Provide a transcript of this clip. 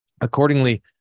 Accordingly